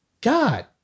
God